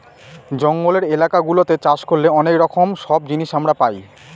জঙ্গলের এলাকা গুলাতে চাষ করলে অনেক রকম সব জিনিস আমরা পাই